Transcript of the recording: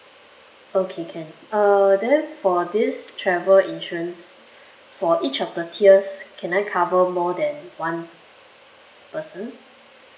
okay can uh then for this travel insurance for each of the tiers can I cover more than one person